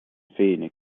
phoenix